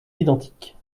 identiques